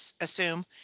assume